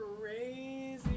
crazy